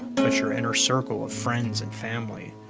but your inner circle of friends and family,